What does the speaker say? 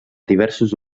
diversos